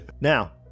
Now